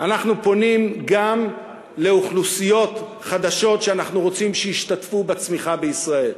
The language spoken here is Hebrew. אנחנו פונים גם לאוכלוסיות חדשות שאנחנו רוצים שישתתפו בצמיחה בישראל.